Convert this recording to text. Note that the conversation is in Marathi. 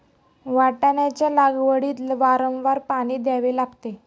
वाटाण्याच्या लागवडीत वारंवार पाणी द्यावे लागते